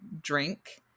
drink